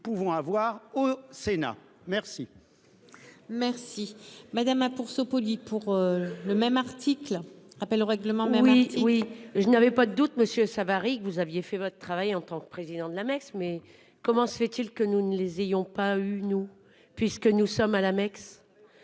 pouvons avoir au Sénat, merci. Merci madame. Ah pour ce polie pour. Le même article. Rappel au règlement, mais oui oui, je n'avais pas de doutes, Monsieur Savary que vous aviez fait votre travail en tant que président de la messe, mais comment se fait-il que nous ne les ayons pas eu nous, puisque nous sommes à l'Amex.